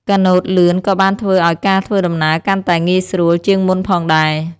កាណូតលឿនក៏បានធ្វើឲ្យការធ្វើដំណើរកាន់តែងាយស្រួលជាងមុនផងដែរ។